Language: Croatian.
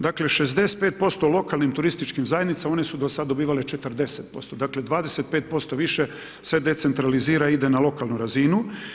Dakle 65% lokalnim turističkim zajednicama, oni su do sad dobivale 40%, dakle 25% više se decentralizira i ide na lokalnu razinu.